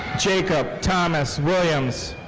jacob thomas williams.